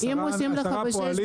יושבים עשרה פועלים,